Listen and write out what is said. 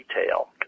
detail